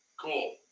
Cool